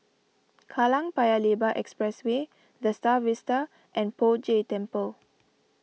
Kallang Paya Lebar Expressway the Star Vista and Poh Jay Temple